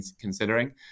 considering